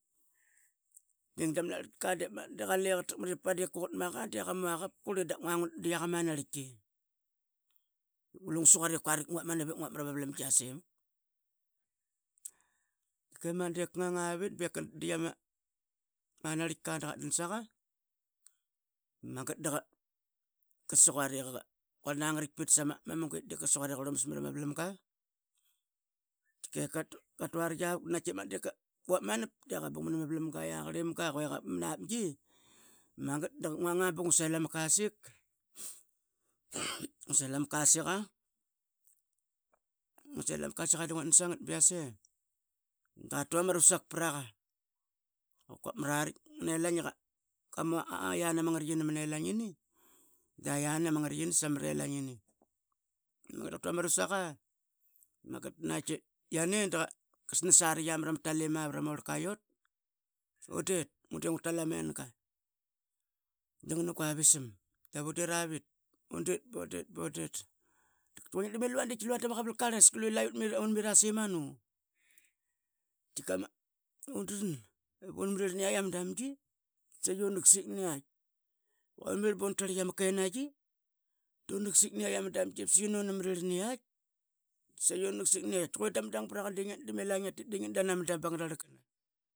Da qannging dama arlatka ip pad ip qakut maqa de qa muaquavap ip qang daqama narlaitka. Orlo ngosiquat ingnap manap dep qnanga vit dep qaditkditk ama narlitka de qadan saqa magat qasiquat iqa quarl na ngarait pit samamuga i dep qarlumas mrama vlamga naqtki qatu angritik avuk de quap manap de qabung mrama vlamga yia qarlimgi que yiapngi. Magat ngungang bunga selama kasik ngusel ama kasiqa. ngusel ama kasiqa duguat dan sangara biase d qatu aman rusak praqa ququap mra raitk ngnelaing ipa mu aiani ama ngritkini mnelaingini, magat da qatu ama rusaqa da yiane diqasnas araitki mrama tala pram orlka yiot da undeit. Ngua de ngutal amenga dngan gua visam daura deravit odet bo det. bo det lua dama qavalqarlan sqlue la unmit udram unmrirl niat ama da ngi sayo nqsek niatk ama damgi. unmrirl bon drarlitk yiatk ama kenayi. donaqsik ni yiaitk ama damgi ip sai nano mrirl niyiatk ama damgi. sayio naksik nayiaitk de ngia darlam i la ngiatiat de nginging ama dam panga rarlangana.